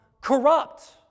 corrupt